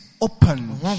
open